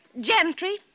Gentry